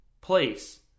place